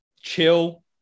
chill